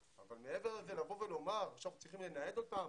אבל מעבר לבוא ולומר, עכשיו צריכים לנייד אותם,